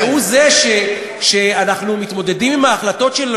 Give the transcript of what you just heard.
והוא שאנחנו מתמודדים עם ההחלטות שלו,